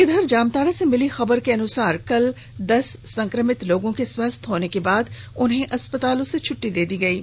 इधर जामताड़ा से मिली खबर के अनुसार कल दस संक्रमित लोगों के स्वस्थ होने के बाद अस्पताल से छुट्टी दे दी गई है